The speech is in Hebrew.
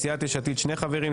סיעת יש עתיד שני חברים,